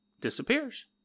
Disappears